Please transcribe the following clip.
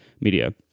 media